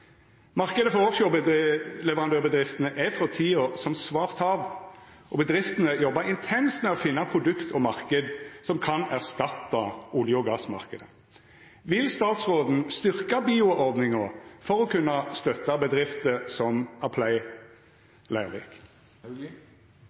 for offshoreleverandørbedriftene er for tida som svart hav, og bedriftene jobbar intenst med å finna produkt og marknad som kan erstatta olje- og gassmarknaden. Vil statsråden styrkja BIO-ordninga, for å kunna støtta bedrifter som